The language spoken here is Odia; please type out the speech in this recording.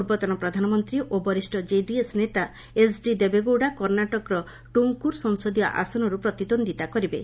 ପୂର୍ବତନ ପ୍ରଧାନମନ୍ତ୍ରୀ ଓ ବରିଷ୍ଣ କେଡିଏସ୍ ନେତା ଏଚଡି ଦେବେଗୌଡା କର୍ଷ୍ଣାଟକର ଟୁଙ୍କୁରୁ ସଂସଦୀୟ ଆସନରୁ ପ୍ରତିଦ୍ୱନ୍ଦିତା କରିବେ